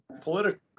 political